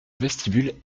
vestibule